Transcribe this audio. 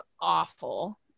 awful